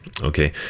Okay